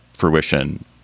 Fruition